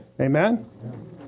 Amen